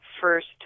first